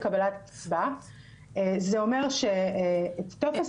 זה אומר שאת טופס